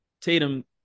Tatum